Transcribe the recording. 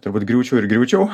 turbūt griūčiau ir griūčiau